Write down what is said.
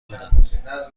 بودند